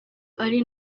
ari